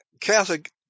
Catholic